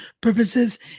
purposes